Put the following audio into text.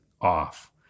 off